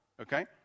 Okay